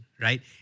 right